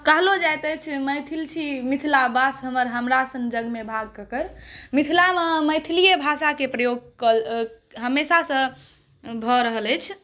कहलूँ जायत अछि मैथिल छी मिथिला वास हमर हमरा सन जगमे भाव केकर मिथिलामे मैथिलीय भाषाक प्रयोग कर हमेशासँ भऽ रहल अछि